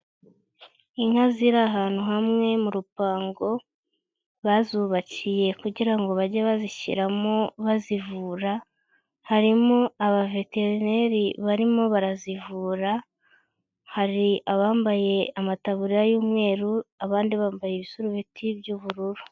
Inka ziri ahantu hamwe mu rupango, bazubakiye kugira ngo bajye bazishyiramo bazivura, harimo abaveterineri barimo barazivura, hari abambaye amataburiya y'umweru, abandi bambaye ibisuru biti by'ubururu.